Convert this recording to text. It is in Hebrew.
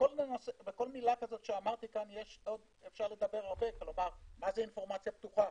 בכל מילה כזו שאמרתי אפשר לדבר הרבה מה זה אינפורמציה פתוחה?